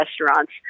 restaurants